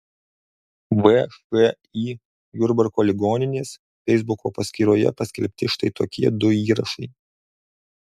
všį jurbarko ligoninės feisbuko paskyroje paskelbti štai tokie du įrašai